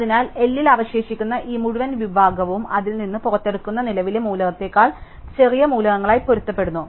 അതിനാൽ L ൽ അവശേഷിക്കുന്ന ഈ മുഴുവൻ വിഭാഗവും അതിൽ നിന്ന് പുറത്തെടുക്കുന്ന നിലവിലെ മൂലകത്തേക്കാൾ ചെറു മൂലകങ്ങളുമായി പൊരുത്തപ്പെടുന്നു